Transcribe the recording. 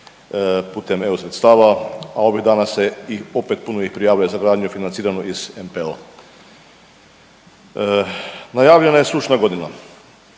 putem eu sredstava, a ovih danas se i opet puno ih prijavljuje za gradnju financiranu iz NPO-a. Najavljena je sušna godina,